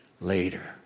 Later